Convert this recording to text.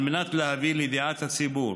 על מנת להביא לידיעת הציבור,